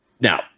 now